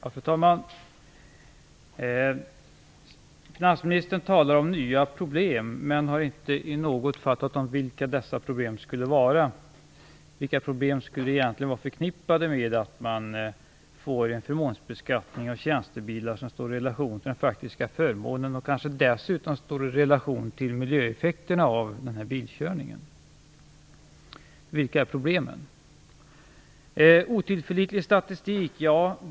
Fru talman! Finansministern talar om nya problem, men har inte talat om vilka dessa skulle vara. Vilka problem skulle egentligen vara förknippade med att man får en förmånsbeskattning av tjänstebilar som står i relation till den faktiska förmånen och kanske dessutom till miljöeffekterna av bilkörningen? Det talades om otillförlitlig statistik.